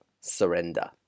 surrender